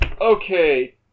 okay